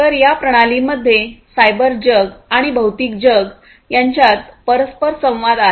तर या प्रणालींमध्ये सायबर जग आणि भौतिक जग यांच्यात परस्पर संवाद आहे